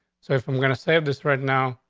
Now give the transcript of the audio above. so if i'm going to save this right now,